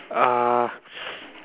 uh